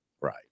Right